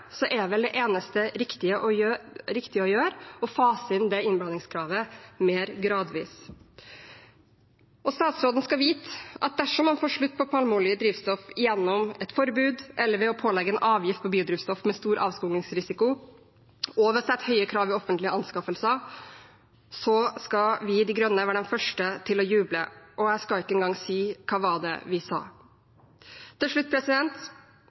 er det eneste riktige å gjøre å fase inn det innblandingskravet mer gradvis. Statsråden skal vite at dersom han får slutt på palmeolje i drivstoff gjennom et forbud, eller ved å pålegge en avgift på biodrivstoff med stor avskogingsrisiko og ved å stille store krav ved offentlige anskaffelser, skal vi, De Grønne, være de første til å juble, og jeg skal ikke engang si: Hva var det vi sa? Til slutt: